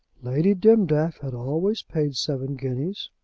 lady dimdaff had always paid seven guineas.